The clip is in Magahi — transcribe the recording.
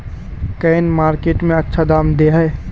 कौन मार्केट में अच्छा दाम दे है?